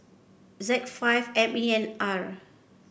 Z five M E N R